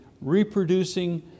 reproducing